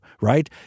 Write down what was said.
right